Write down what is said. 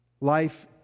Life